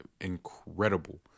incredible